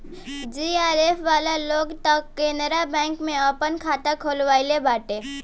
JRF वाला लोग तअ केनरा बैंक में आपन खाता खोलववले बाटे